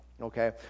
okay